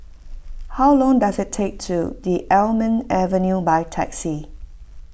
how long does it take to the Almond Avenue by taxi